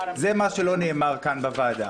זה מה שלא נאמר כאן בוועדה,